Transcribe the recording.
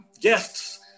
guests